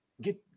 get